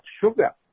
sugar